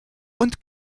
und